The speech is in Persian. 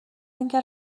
اینکه